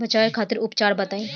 बचाव खातिर उपचार बताई?